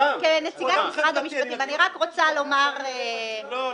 שר האוצר --- מה אפשר --- איליה,